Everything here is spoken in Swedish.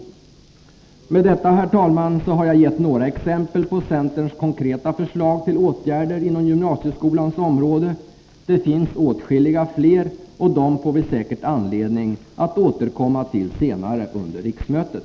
Med detta, herr talman, har jag gett några exempel på centerns konkreta förslag till åtgärder inom gymnasieskolans område. Det finns åtskilligt fler och dem får vi anledning att återkomma till senare under riksmötet.